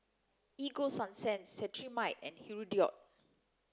Ego Sunsense Cetrimide and Hirudoid